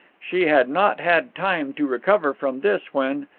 she had not had time to recover from this when,